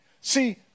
See